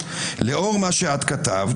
לאור מה שכתבת,